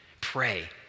pray